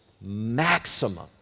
maximum